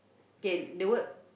can the word